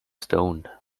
stoned